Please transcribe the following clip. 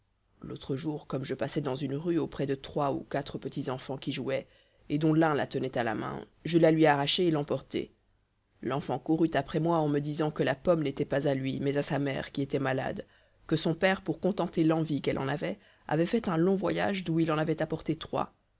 l'autre jour comme je passais dans une rue auprès de trois ou quatre petits enfants qui jouaient et dont l'un la tenait à la main je la lui arrachai et l'emportai l'enfant courut après moi eu me disant que la pomme n'était pas à lui mais à sa mère qui était malade que son père pour contenter l'envie qu'elle en avait avait fait un long voyage d'où il en avait apporté trois